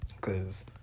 cause